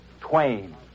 Twain